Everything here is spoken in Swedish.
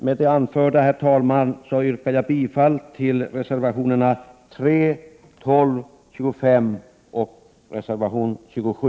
Med det anförda, herr talman, yrkar jag bifall till reservationerna 3, 12, 25 och 27.